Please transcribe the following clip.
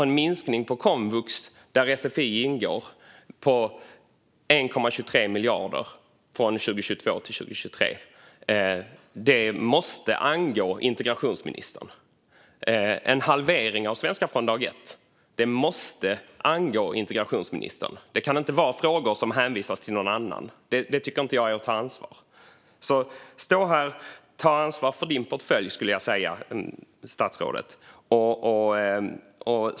En minskning på komvux, där sfi ingår, med 1,23 miljarder från 2022 till 2023, där sfi ingår, måste angå integrationsministern. En halvering av Svenska från dag ett måste angå integrationsministern. Det kan inte vara frågor som hänvisas till någon annan. Det tycker inte jag är att ta ansvar. Jag vill säga till statsrådet: Stå här och ta ansvar för din portfölj!